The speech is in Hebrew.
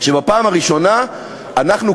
שבפעם הראשונה אנחנו,